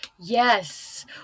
yes